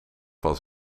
was